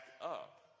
up